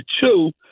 two